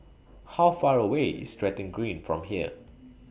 How Far away IS Stratton Green from here